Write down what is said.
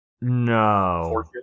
No